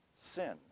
sin